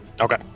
Okay